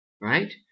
right